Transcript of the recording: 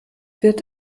wird